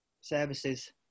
services